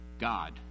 God